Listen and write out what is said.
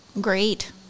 great